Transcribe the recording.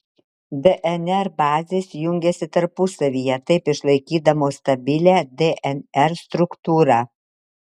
dnr bazės jungiasi tarpusavyje taip išlaikydamos stabilią dnr struktūrą